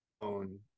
own